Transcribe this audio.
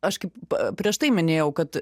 aš kaip prieš tai minėjau kad